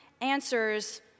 answers